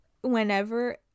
whenever